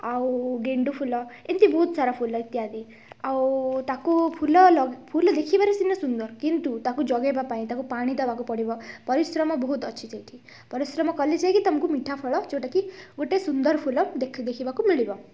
ଆଉ ଗେଣ୍ଡୁଫୁଲ ଏମିତି ବହୁତସାରା ଫୁଲ ଇତ୍ୟାଦି ଆଉ ତାକୁ ଫୁଲ ଲ ଫୁଲ ଦେଖିବାରେ ସିନା ସୁନ୍ଦର କିନ୍ତୁ ତାକୁ ଜଗେଇବାପାଇଁ ତାକୁ ପାଣି ଦେବାକୁ ପଡ଼ିବ ପରିଶ୍ରମ ବହୁତ ଅଛି ସେଇଠି ପରିଶ୍ରମ କଲେ ଯାଇକି ତୁମକୁ ମିଠା ଫଳ ଯେଉଁଟାକି ଗୋଟେ ସୁନ୍ଦର ଫୁଲ ଦେଖ ଦେଖିବାକୁ ମିଳିବ